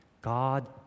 God